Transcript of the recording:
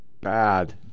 bad